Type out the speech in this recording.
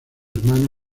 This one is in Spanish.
hermanos